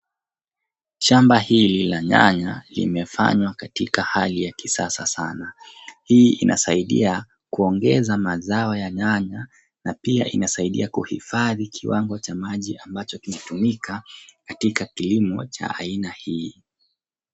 Shamba hili la nyanya limefanywa katika hali ya kisasa sana. Hii inasaidia kuongeza mazao ya nyanya na pia inasaidia kuhifadhi kiwango cha maji ambacho kimetumika katika kilimo cha aina hii.